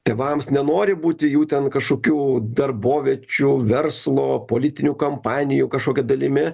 tėvams nenori būti jų ten kažkokių darboviečių verslo politinių kampanijų kažkokia dalimi